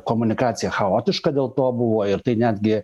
komunikacija chaotiška dėl to buvo ir tai netgi